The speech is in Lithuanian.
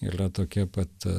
yra tokia pat